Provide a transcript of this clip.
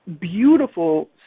beautiful